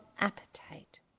appetite